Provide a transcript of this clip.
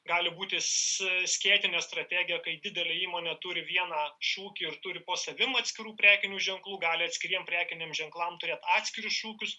gali būti sss skėtinė strategija kai didelė įmonė turi vieną šūkį turi po savim atskirų prekinių ženklų gali atskiriem prekiniam ženklam turėt atskirus šūkius